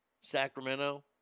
Sacramento